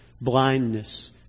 blindness